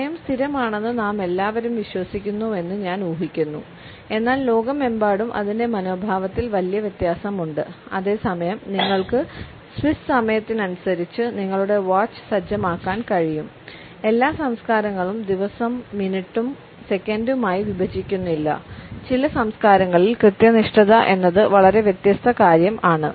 സമയം സ്ഥിരമാണെന്ന് നാമെല്ലാവരും വിശ്വസിക്കുന്നുവെന്ന് ഞാൻ ഊഹിക്കുന്നു എന്നാൽ ലോകമെമ്പാടും അതിന്റെ മനോഭാവത്തിൽ വലിയ വ്യത്യാസമുണ്ട് അതേസമയം നിങ്ങൾക്ക് സ്വിസ് സമയത്തിനനുസരിച്ച് നിങ്ങളുടെ വാച്ച് സജ്ജമാക്കാൻ കഴിയും എല്ലാ സംസ്കാരങ്ങളും ദിവസം മിനിറ്റും സെക്കൻഡുമായി വിഭജിക്കുന്നില്ല ചില സംസ്കാരങ്ങളിൽ കൃത്യനിഷ്ഠത എന്നത് വളരെ വ്യത്യസ്ത കാര്യം ആണ്